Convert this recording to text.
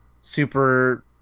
super